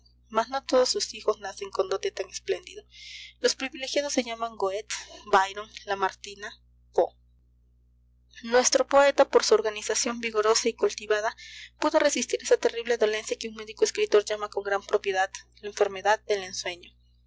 mas no todos sus hijos nacen con dote tan espléndido los privilegiados se llaman goethe byron lamartine poe nuestro poeta por su organización vigorosa y cultivada pudo resistir esa terrible dolencia que un médico escritor llama con gran propiedad la enfermedad del ensueño